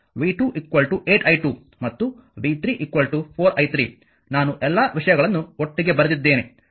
ಆದ್ದರಿಂದ ಅದು v 1 2 i1 v 2 8 i2 ಮತ್ತು v 3 4 i3 ನಾನು ಎಲ್ಲ ವಿಷಯಗಳನ್ನು ಒಟ್ಟಿಗೆ ಬರೆದಿದ್ದೇನೆ